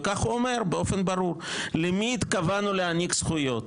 וכך הוא אומר באופן ברור: "למי התכוונו להעניק זכויות?